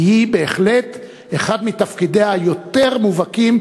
כי זה בהחלט אחד מתפקידיה היותר-מובהקים